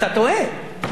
אני אומר לכם,